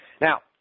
now